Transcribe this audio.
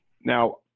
Now